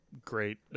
great